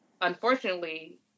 unfortunately